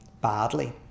badly